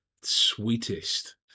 sweetest